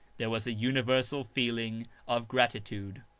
there was a universal feeling of gratitude.